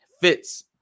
fits